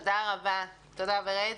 תודה, ורד.